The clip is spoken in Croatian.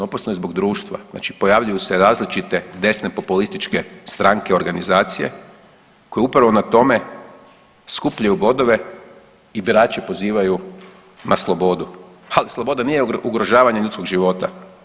Opasno je zbog društva, znači pojavljuju se različite desne populističke stranke i organizacije koje upravo na tome skupljaju bodove i birače pozivaju na slobodu ali sloboda nije ugrožavanje ljudskog života.